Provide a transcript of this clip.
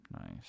Nice